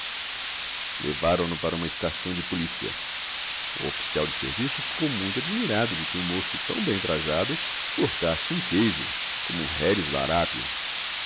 levaram-no para uma estação de polícia o oficial de serviço ficou muito admirado de que um moço tão bem trajado furtasse um queijo como um reles larápio